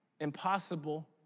impossible